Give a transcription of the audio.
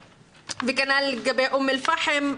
כנ"ל לגבי אום אל פאחם.